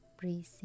breathing